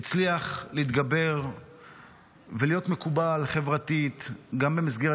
הצליח להתגבר ולהיות מקובל חברתית גם במסגרת